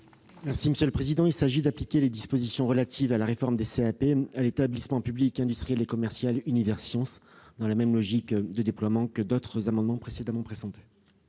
secrétaire d'État. Il s'agit d'appliquer les dispositions relatives à la réforme des CAP à l'établissement public industriel et commercial Universcience, dans la même logique de déploiement que d'autres amendements précédemment présentés.